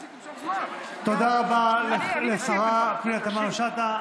תודה רבה לשרה פנינה תמנו שטה.